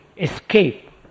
escape